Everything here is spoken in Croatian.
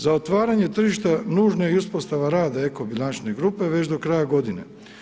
Za otvaranje tržišta nužna je i uspostava rada eko bilančne grupe već do kraja godine.